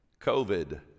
COVID